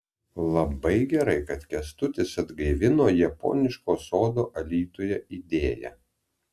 labai gerai kad kęstutis atgaivino japoniško sodo alytuje idėją